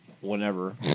whenever